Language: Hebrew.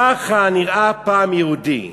ככה נראה פעם יהודי".